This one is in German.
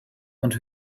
und